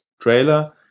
trailer